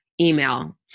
email